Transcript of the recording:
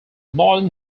modern